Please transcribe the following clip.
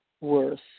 worse